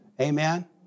Amen